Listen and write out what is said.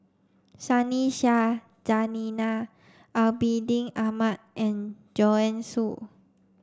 Sunny Sia Zainal Abidin Ahmad and Joanne Soo